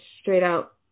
straight-out